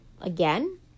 Again